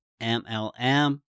mlm